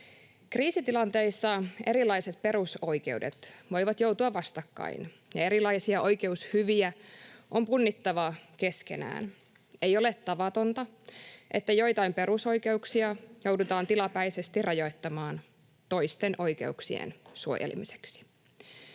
Kriisitilanteissa erilaiset perusoikeudet voivat joutua vastakkain ja erilaisia oikeushyviä on punnittava keskenään. Ei ole tavatonta, että joitain perusoikeuksia joudutaan tilapäisesti rajoittamaan toisten oikeuksien suojelemiseksi.